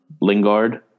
Lingard